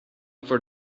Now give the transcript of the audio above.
for